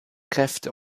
kräfte